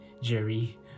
Jerry